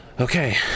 Okay